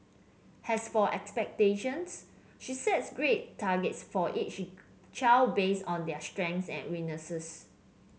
has for expectations she sets grade targets for each child based on their strengths and weaknesses